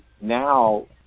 Now